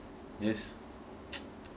just